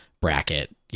bracket